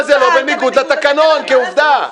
אבל זה לא בניגוד לתקנון כעובדה.